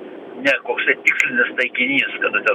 ne koksai tikslinis taikinys kada ten